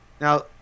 Now